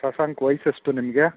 ಶಶಾಂಕ್ ವಯಸ್ಸು ಎಷ್ಟು ನಿಮಗೆ